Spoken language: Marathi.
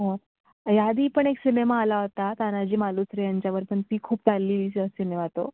हो या आधी पण एक सिनेमा आला होता तानाजी मालुसरे यांच्यावर पण ती खूप चाललेली स सिनेमा तो